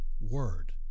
word